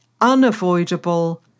unavoidable